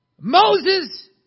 Moses